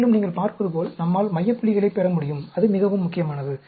மேலும் நீங்கள் பார்ப்பதுபோல் நம்மால் மைய புள்ளிகளைப் பெற முடியும் அது மிகவும் முக்கியமானது